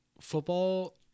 football